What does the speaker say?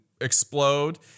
explode